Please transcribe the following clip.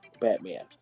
Batman